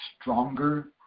stronger